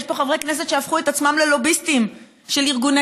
יש פה חברי כנסת שהפכו את עצמם ללוביסטים של ארגוני